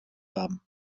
haben